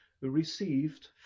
received